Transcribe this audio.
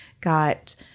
got